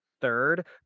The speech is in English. third